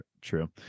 true